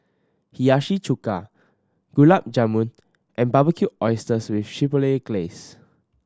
Hiyashi Chuka Gulab Jamun and Barbecued Oysters with Chipotle Glaze